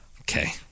Okay